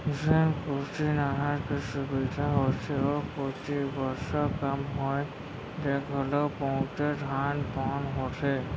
जेन कोती नहर के सुबिधा होथे ओ कोती बरसा कम होए ले घलो बहुते धान पान होथे